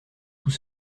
tous